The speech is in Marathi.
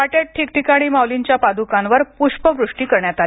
वाटेत ठिकठिकाणी माउलींच्या पाद्कांवर प्ष्पवृष्टी करण्यात आली